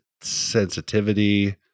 sensitivity